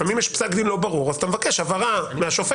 לפעמים יש פסק דין לא ברור ואתה מבקש הבהרה מהשופט.